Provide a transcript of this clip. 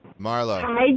Marlo